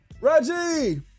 Reggie